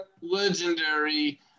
legendary